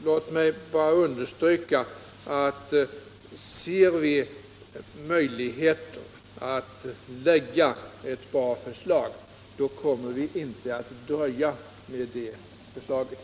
Låt mig bara understryka att om vi ser möjlighet att lägga fram ett bra förslag kommer vi inte att dröja med det förslaget.